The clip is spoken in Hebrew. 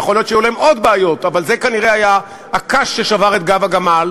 יכול להיות שהיו עוד בעיות אבל זה כנראה היה הקש ששבר את גב הגמל,